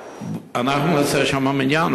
אנחנו ניסע אליו, נעשה שם מניין.